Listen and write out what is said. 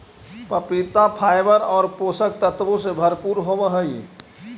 पपीता फाइबर और पोषक तत्वों से भरपूर होवअ हई